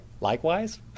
Likewise